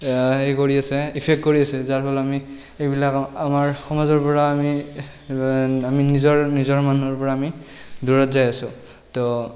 সেই কৰি আছে ইফেক্ট কৰি আছে যাৰ ফলত আমি এইবিলাক আমাৰ সমাজৰ পৰা আমি আমি নিজৰ নিজৰ মানুহৰ পৰা আমি দূৰত যাই আছোঁ তো